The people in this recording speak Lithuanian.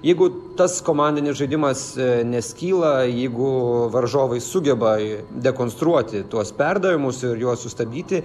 jeigu tas komandinis žaidimas neskyla jeigu varžovai sugeba dekonstruoti tuos perdavimus ir juos sustabdyti